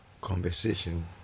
conversation